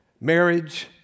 Marriage